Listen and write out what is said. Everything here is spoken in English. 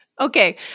Okay